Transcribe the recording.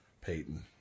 Peyton